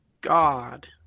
God